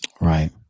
Right